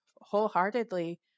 wholeheartedly